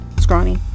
Scrawny